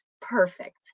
perfect